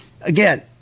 again